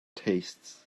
tastes